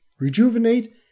rejuvenate